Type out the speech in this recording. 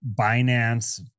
Binance